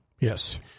Yes